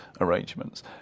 arrangements